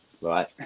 Right